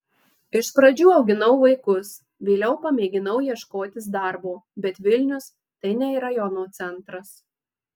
iš pradžių auginau vaikus vėliau pamėginau ieškotis darbo bet vilnius tai ne rajono centras